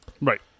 Right